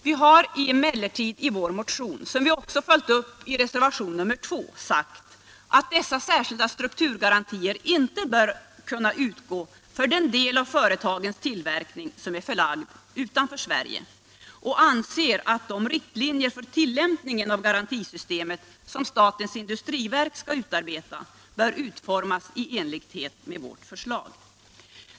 Vi har emellertid i vår motion, som vi också följt upp i reservationen 2, sagt att dessa särskilda strukturgarantier inte bör kunna utgå för den del av företagens tillverkning som är förlagd utanför Sverige, och vi anser att de riktlinjer för tillämpningen av garantisystemet som statens industriverk skall utarbeta bör utformas i enlighet med vårt krav.